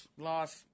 Loss